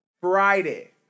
Friday-